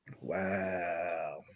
wow